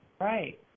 Right